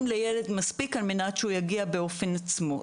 לילד מספיק על מנת שהוא יגיע באופן עצמאי,